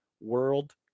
world